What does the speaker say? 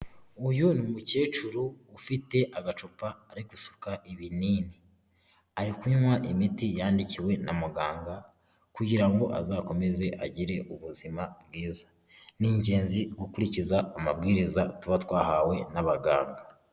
Uyu ni umukecuru ufite agacupa, ari gusuka ibinini, ari kunywa imiti yandikiwe na muganga kugira ngo azakomeze agire ubuzima bwiza. N'ingenzi gukurikiza amabwiriza tuba twahawe n'abaganga.